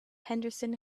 henderson